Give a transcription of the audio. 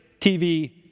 TV